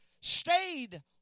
stayed